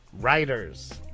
writers